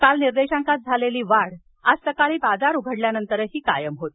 काल निर्देशांकात झालेली वाढ आज सकाळी बाजार उघडतानाही कायम होती